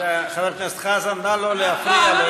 חבר הכנסת חזן, נא לא להפריע.